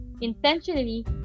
intentionally